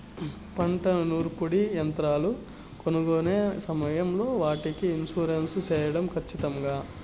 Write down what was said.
పంట నూర్పిడి యంత్రాలు కొనుక్కొనే సమయం లో వాటికి ఇన్సూరెన్సు సేయడం ఖచ్చితంగా?